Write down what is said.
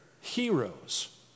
heroes